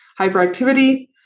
hyperactivity